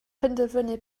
penderfynu